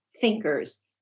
thinkers